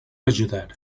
ajudar